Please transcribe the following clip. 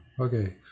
Okay